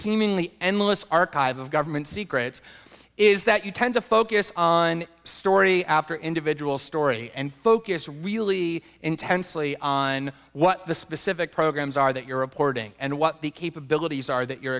seemingly endless archive of government secrets is that you tend to focus on story after individual story and focus really intensely on what the specific programs are that you're reporting and what the capabilities are that you're